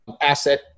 asset